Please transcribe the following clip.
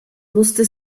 musste